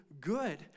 good